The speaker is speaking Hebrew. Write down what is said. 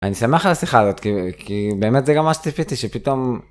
אני שמח על השיחה הזאת כי כי באמת זה גם מה שציפיתי שפתאום...